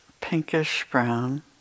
pinkish-brown